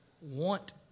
want